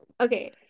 Okay